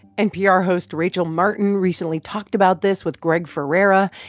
npr host rachel martin recently talked about this with greg ferrara.